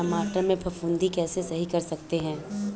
टमाटर से फफूंदी कैसे सही कर सकते हैं?